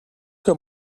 que